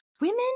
women